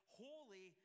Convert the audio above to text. holy